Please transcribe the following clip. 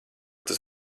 tas